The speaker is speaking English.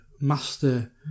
master